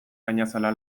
gainazala